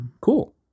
Cool